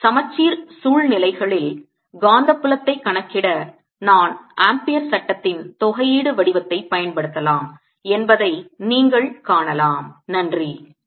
எனவே சமச்சீர் சூழ்நிலைகளில் காந்தப்புலத்தை கணக்கிட நான் ஆம்பியர் சட்டத்தின் தொகையீடு வடிவத்தைப் பயன்படுத்தலாம் என்பதை நீங்கள் காணலாம்